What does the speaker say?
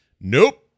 nope